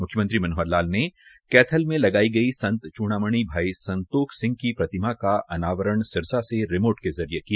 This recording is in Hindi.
म्ख्यमंत्री मनोहर लाल ने कैथल में लगाई संत चूड़ामणि भाई संतोख सिंह की प्रतिमा का अनावरण सिरसा से रिमोट के जरिये किया